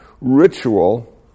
ritual